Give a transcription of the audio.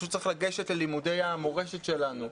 לגשת ללימודי המורשת שלנו,